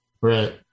Right